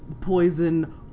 poison